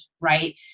right